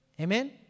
Amen